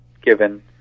given